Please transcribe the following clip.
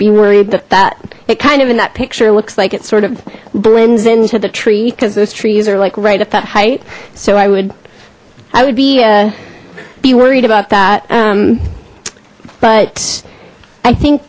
be worried that that it kind of in that picture looks like it sort of blends into the tree because those trees are like right at that height so i would i would be be worried about that um but i think